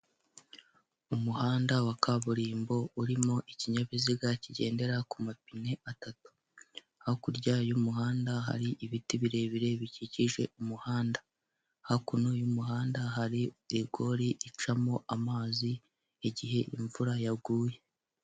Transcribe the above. Umuhanda wa kaburimbo urimo ikinyabiziga kigendera ku mapine atatu. Hakurya y'umuhanda hari ibiti birebire bikikije umuhanda. Hakuno y'umuhanda hari regori icamo amazi igihe imvura yaguye.